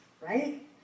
Right